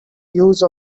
use